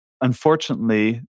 unfortunately